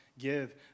give